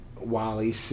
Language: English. Wally